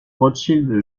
rothschild